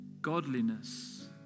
Godliness